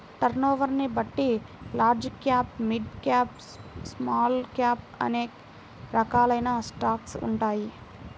టర్నోవర్ని బట్టి large cap, mid cap, small cap అనే రకాలైన స్టాక్స్ ఉంటాయి